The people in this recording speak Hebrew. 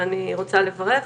ואני רוצה לברך.